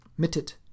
mitit